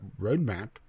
roadmap